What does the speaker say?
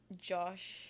Josh